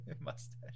mustache